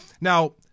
Now